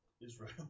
Israel